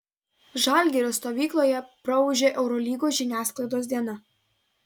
žalgirio stovykloje praūžė eurolygos žiniasklaidos diena